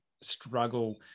struggle